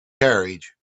carriage